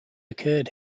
occurred